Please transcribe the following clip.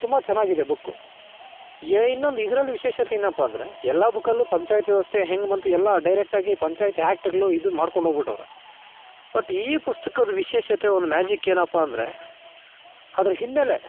ತುಂಬ ಚೆನ್ನಾಗಿದೆ ಬುಕ್ಕು ಏ ಇನ್ನೊಂದು ವಿಶೇಷತೆ ಏನಪ್ಪ ಅಂದರೆ ಎಲ್ಲ ಬುಕ್ಕಲ್ಲೂ ಪಂಚಾಯತ್ ವ್ಯವಸ್ಥೆ ಹೆಂಗೆ ಬಂತು ಎಲ್ಲ ಡೈರೆಕ್ಟ್ ಆಗಿ ಪಂಚಾಯತ್ ಆಕ್ಟುಗಳು ಇದು ಮಾಡ್ಕೊಂಡು ಹೋಗ್ಬಿಟ್ಟವ್ರೆ ಬಟ್ ಈ ಪುಸ್ತಕದ ವಿಶೇಷತೆ ಒಂದು ಮ್ಯಾಜಿಕ್ ಏನಪ್ಪ ಅಂದರೆ ಅದರ ಹಿನ್ನೆಲೆ